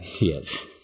Yes